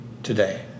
Today